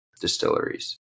distilleries